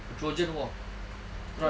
trojan war troy